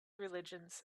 religions